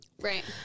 Right